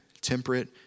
temperate